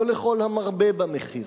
לא לכל המרבה במחיר,